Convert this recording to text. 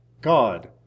God